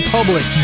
Public